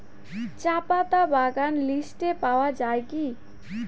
চাপাতা বাগান লিস্টে পাওয়া যায় কি?